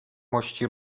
mości